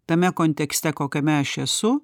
tame kontekste kokiame aš esu